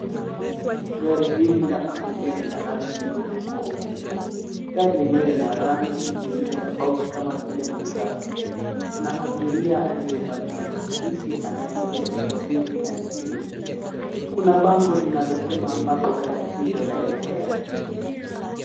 Gari hili la abiria niya rangi nyeupe kwa ukubwa. Gari yenyewe ni ya rangi zingine tofauti kama vile manjano. Kuna abiria aliye valia kijani kibichi anayejaribu kuabiri gari hili. Kuna bango linalosema ambapo gari hilo laelekea.